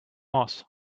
moss